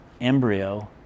embryo